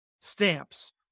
stamps